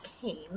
came